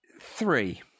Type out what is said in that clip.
three